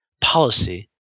policy